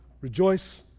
Rejoice